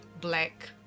black